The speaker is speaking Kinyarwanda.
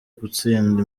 gutsinda